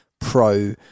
pro